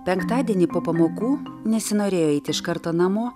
penktadienį po pamokų nesinorėjo eit iš karto namo